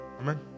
Amen